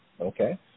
Okay